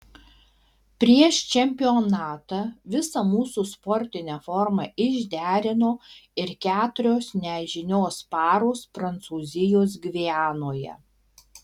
prieš čempionatą visą mūsų sportinę formą išderino ir keturios nežinios paros prancūzijos gvianoje